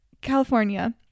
california